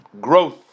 growth